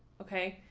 ok,